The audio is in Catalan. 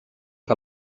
que